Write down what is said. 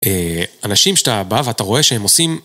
אנשים שאתה בא ואתה רואה שהם עושים...